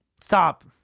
Stop